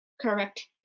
correct